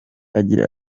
agira